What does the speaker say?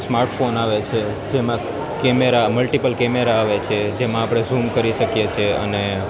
smartphone આવે છે જેમાં કેમેરા મલ્ટિપલ કેમેરા આવે છે જેમાં આપણે ઝુમ કરી શકીએ છીએ અને